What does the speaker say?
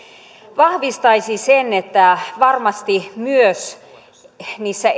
vahvistaisi sen että varmasti myös niissä